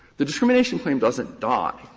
the discrimination claim doesn't die.